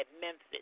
Memphis